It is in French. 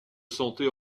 sentait